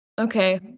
Okay